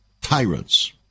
tyrants